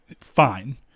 fine